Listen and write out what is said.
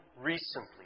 recently